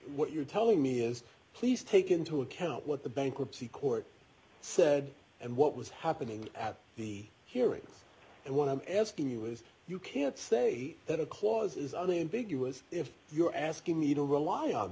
what you're telling me is please take into account what the bankruptcy court said and what was happening at the hearings and what i'm asking you is you can't say that a clause is only in big us if you're asking me to rely on